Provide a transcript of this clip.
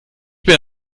bin